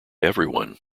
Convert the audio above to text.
everyone